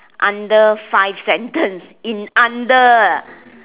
under five sentence in under